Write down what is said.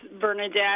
Bernadette